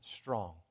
strong